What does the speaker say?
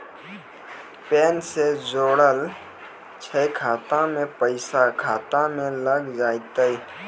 Pan ने जोड़लऽ छै खाता मे पैसा खाता मे लग जयतै?